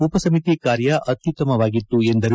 ಉಪ ಸಮಿತಿ ಕಾರ್ಯ ಅತ್ಯುತ್ತಮವಾಗಿತ್ತು ಎಂದರು